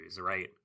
right